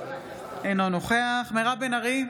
אינו נוכח מירב בן ארי,